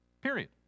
Period